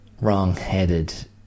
wrong-headed